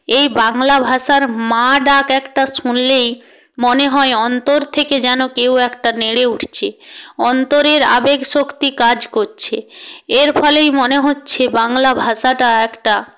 এই বাংলা ভাষার মা ডাক একটা শুনলেই মনে হয় অন্তর থেকে যেন কেউ একটা নেড়ে উঠছে অন্তরের আবেগ শক্তি কাজ করছে এর ফলেই মনে হচ্ছে বাংলা ভাষাটা একটা